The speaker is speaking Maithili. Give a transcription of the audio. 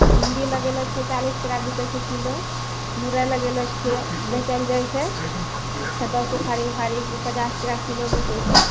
भिन्डी लगेलो छै चालीस टाका बिकै छै किलो मुरइ लगेलो छियै बेचल जाय छै पचास टाका किलो बेचै छै